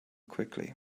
quickly